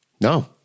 No